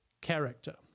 character